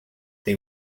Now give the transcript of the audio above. they